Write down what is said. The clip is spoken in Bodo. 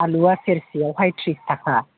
आलुआ सेरसेआवहाय ट्रिस थाका